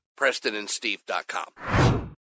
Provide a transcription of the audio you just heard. PrestonandSteve.com